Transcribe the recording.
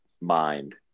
mind